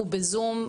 הוא בזום,